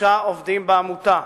לשלושה עובדים בעמותה,